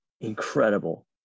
Incredible